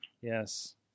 Yes